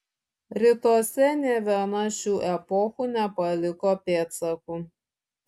rytuose nė viena šių epochų nepaliko pėdsakų